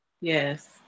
Yes